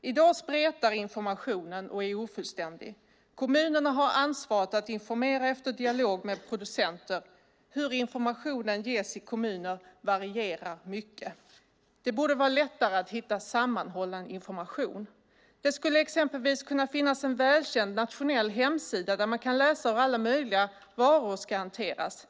I dag spretar informationen och är ofullständig. Kommunerna har ansvaret att informera efter dialog med producenter. Hur information ges i kommuner varierar mycket. Det borde vara lättare att hitta sammanhållen information. Det skulle exempelvis kunna finnas en välkänd nationell hemsida där man kan läsa hur alla möjliga varor ska hanteras.